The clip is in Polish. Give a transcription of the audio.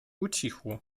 ucichło